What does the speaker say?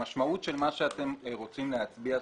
המשמעות של מה שאתם רוצים להצביע,